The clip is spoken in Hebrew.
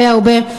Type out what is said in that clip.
די הרבה.